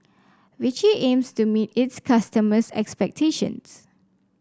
Vichy aims to meet its customers' expectations